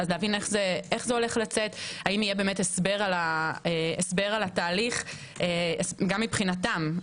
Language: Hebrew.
האם יהיה הסבר על התהליך גם מבחינתם?